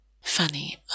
Funny